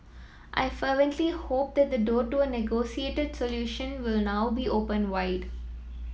I fervently hope that the door to a negotiated solution will now be opened wide